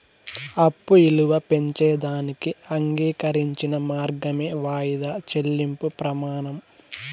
అప్పు ఇలువ పెంచేదానికి అంగీకరించిన మార్గమే వాయిదా చెల్లింపు ప్రమానం